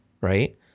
right